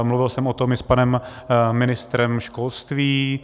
Mluvil jsem o tom i s panem ministrem školství.